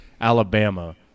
Alabama